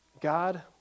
God